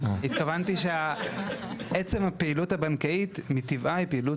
התכוונתי שעצם הפעילות הבנקאית מטבעה היא פעילות